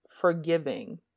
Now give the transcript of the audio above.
forgiving